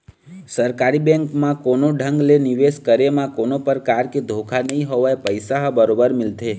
सरकारी बेंक म कोनो ढंग ले निवेश करे म कोनो परकार के धोखा नइ होवय पइसा ह बरोबर मिलथे